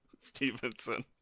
Stevenson